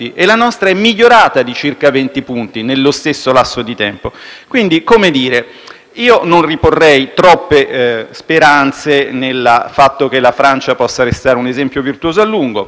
Quindi - come dire? - non riporrei troppe speranze nel fatto che la Francia possa restare un esempio virtuoso a lungo. Vi parlo adesso del 31,9 - avrete capito dove voglio andare a